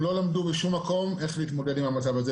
הם לא למדו בשום מקום איך להתמודד עם המצב הזה,